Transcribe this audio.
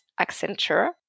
Accenture